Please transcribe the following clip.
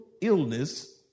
illness